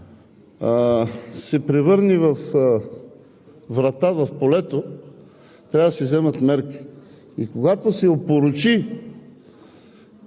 се превърне във врата в полето, трябва да се вземат мерки и когато се опорочи